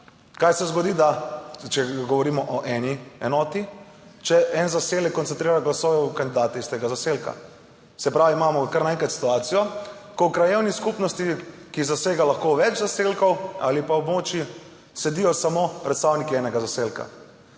Kaj se zgodi, če govorimo o eni enoti, če en zaselek koncentrira glasove v kandidate iz tega zaselka. Se pravi, imamo kar naenkrat situacijo, ko v krajevni skupnosti, ki lahko obsega več zaselkov ali pa območij, sedijo samo predstavniki enega zaselka.